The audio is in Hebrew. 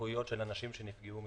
זכויות של אנשים שנפגעו מדברים.